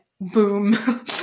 boom